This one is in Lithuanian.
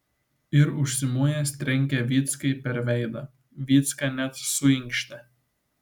ir užsimojęs trenkė vyckai per veidą vycka net suinkštė